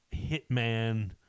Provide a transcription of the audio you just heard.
hitman